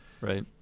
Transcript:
right